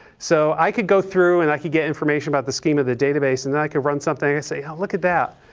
so i could go through and i could get information about the scheme of the database, and then i could run something, see, look at that.